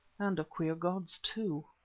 and of queer gods too.